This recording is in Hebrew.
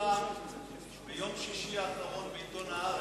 שפורסם ביום שישי האחרון בעיתון "הארץ",